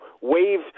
wave